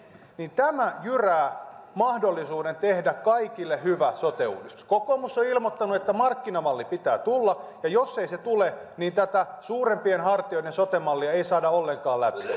niin tämä jyrää mahdollisuuden tehdä kaikille hyvä sote uudistus kokoomus on ilmoittanut että pitää tulla markkinamalli ja jos ei tule niin tätä suurempien hartioiden sote mallia ei saada ollenkaan läpi